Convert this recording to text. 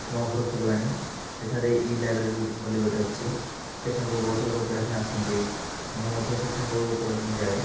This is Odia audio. ମୋ ଘର ଫୁଲବାଣୀ ଏଠାରେ ଇଲାଇବ୍ରେରୀ ବୋଲି ଗୋଟେ ଅଛି ସେଠାକୁ ବହୁତ ଲୋକ ପଢ଼ିବାକୁ ଆସନ୍ତି ମୁ ମଧ୍ୟ ସେଠାକୁ ପଢ଼ିବା ପାଇଁ ଯାଏ